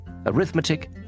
arithmetic